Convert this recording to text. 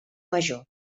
major